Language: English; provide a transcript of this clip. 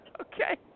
Okay